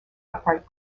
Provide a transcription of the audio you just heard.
upright